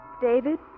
David